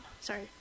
Sorry